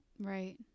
Right